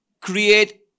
create